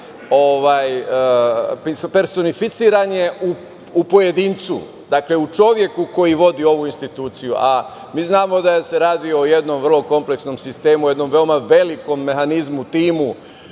personifikovan u pojedincu, u čoveku koji vodi ovu instituciju. Mi znamo da se radi o jednom vrlo kompleksnom sistemu, o jednom veoma velikom mehanizmu, timu